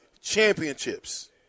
championships